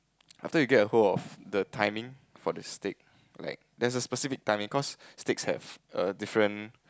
after you get a hold the timing for the steak like there's a specific timing cause steaks have a different